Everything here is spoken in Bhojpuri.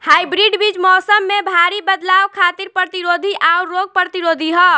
हाइब्रिड बीज मौसम में भारी बदलाव खातिर प्रतिरोधी आउर रोग प्रतिरोधी ह